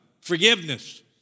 forgiveness